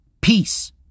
Peace